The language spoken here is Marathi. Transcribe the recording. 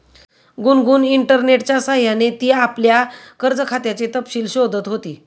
गुनगुन इंटरनेटच्या सह्याने ती आपल्या कर्ज खात्याचे तपशील शोधत होती